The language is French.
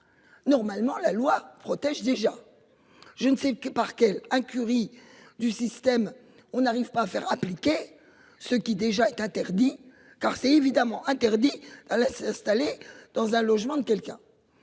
Normalement, la loi protège déjà. Je ne sais que par quel incurie du système. On n'arrive pas à faire appliquer ce qui déjà est interdit car c'est évidemment interdit à la installé dans un logement de quelqu'un.